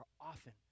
often